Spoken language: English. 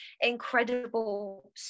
incredible